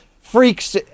freaks